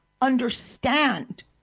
understand